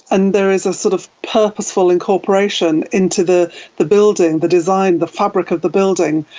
and there is a sort of purposeful incorporation into the the building, the design, the fabric of the building,